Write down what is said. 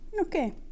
Okay